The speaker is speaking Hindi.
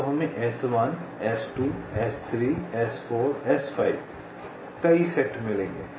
तो हमें S1 S2 S3 S4 S5 कई सेट मिलेंगे